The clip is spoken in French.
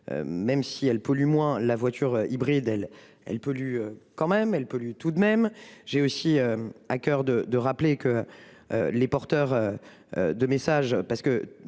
Même si elle pollue moins. La voiture hybride elle elle pollue quand même elle pollue tout de même. J'ai aussi à coeur de, de rappeler que. Les porteurs. De messages parce que